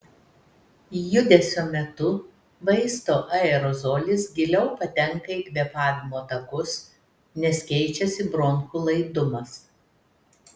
judesio metu vaisto aerozolis giliau patenka į kvėpavimo takus nes keičiasi bronchų laidumas